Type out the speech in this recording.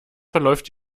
verläuft